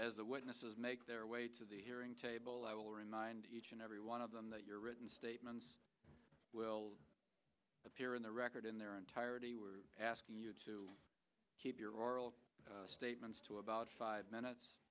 as the witnesses make their way to the hearing table i will remind each and every one of them that your written statements will appear in the record in their entirety we're asking you to keep your oral statements to about five minutes